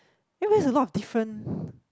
that makes a lot of different